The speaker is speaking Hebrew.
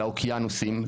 לאוקיינוסים,